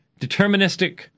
deterministic